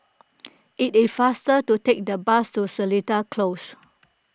it is faster to take the bus to Seletar Close